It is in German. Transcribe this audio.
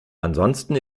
ansonsten